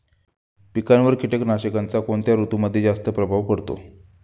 पिकांवर कीटकनाशकांचा कोणत्या ऋतूमध्ये जास्त प्रभाव पडतो?